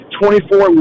twenty-four